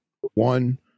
one